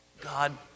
God